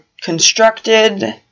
constructed